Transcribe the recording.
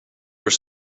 were